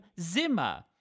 Zimmer